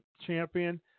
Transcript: champion